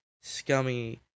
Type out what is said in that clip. scummy